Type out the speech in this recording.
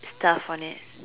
stuff on it